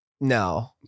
No